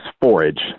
forage